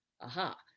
aha